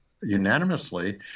unanimously